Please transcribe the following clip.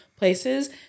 places